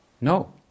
No